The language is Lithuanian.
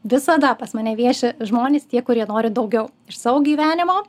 visada pas mane vieši žmonės tie kurie nori daugiau iš savo gyvenimo